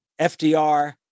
FDR